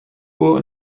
uhr